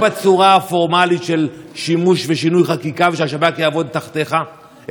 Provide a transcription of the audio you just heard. הפורמלית של שימוש ושינוי חקיקה ושהשב"כ יעבוד תחתיך,